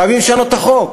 חייבים לשנות את החוק.